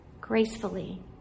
gracefully